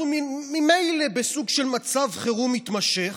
אנחנו ממילא בסוג של מצב חירום מתמשך,